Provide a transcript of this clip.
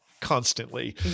constantly